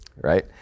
right